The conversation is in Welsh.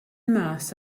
mas